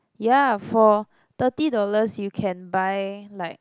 ya for thirty dollars you can buy like